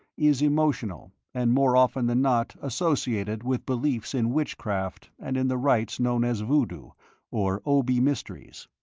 is emotional, and more often than not associated with beliefs in witchcraft and in the rites known as voodoo or obi mysteries.